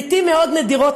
לעתים מאוד נדירות,